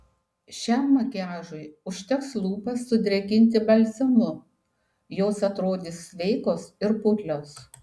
šiam makiažui užteks lūpas sudrėkinti balzamu jos atrodys sveikos ir putlios